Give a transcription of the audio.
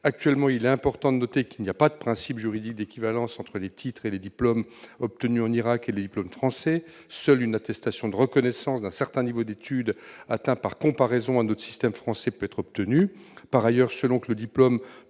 Actuellement, il est important de noter qu'il n'existe pas de principe juridique d'équivalence entre les titres et les diplômes obtenus en Irak et les diplômes français. Seule une attestation de reconnaissance d'un certain niveau d'études atteint par comparaison au système français peut être obtenue. Par ailleurs, selon que le diplôme